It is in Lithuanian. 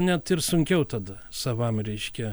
net ir sunkiau tada savam reiškia